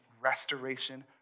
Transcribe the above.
restoration